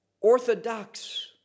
orthodox